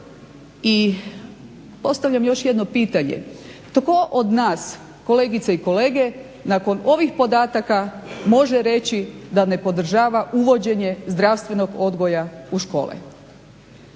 I postavljam još jedno pitanje, tko od nas kolegice i kolege nakon ovih podataka može reći da ne podržava uvođenje zdravstvenog odgoja u škole?